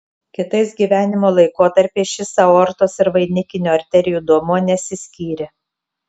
kitais gyvenimo laikotarpiais šis aortos ir vainikinių arterijų duomuo nesiskyrė